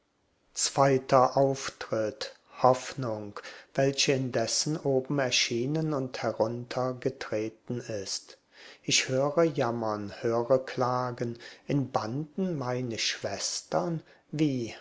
zweiter auftritt hoffnung welche indessen oben erschienen und heruntergetreten ist ich höre jammern höre klagen in banden meine schwestern wie